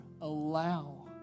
Allow